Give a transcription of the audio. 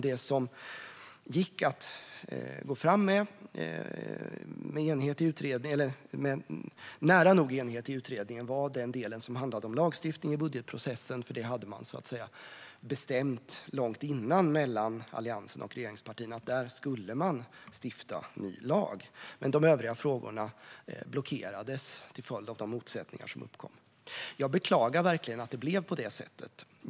Det som gick att gå fram med i nära nog enighet i utredningen var den del som handlade om lagstiftningen i budgetprocessen eftersom man hade bestämt långt innan mellan Alliansen och regeringspartierna att ny lag skulle stiftas där. Men de övriga frågorna blockerades till följd av de motsättningar som uppkom. Jag beklagar verkligen att det blev så.